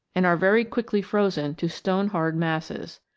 and are very quickly frozen to stone-hard masses.